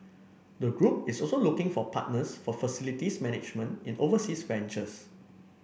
the group is also looking for partners for facilities management in overseas ventures